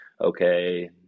okay